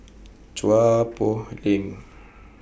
Chua Poh Leng